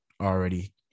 already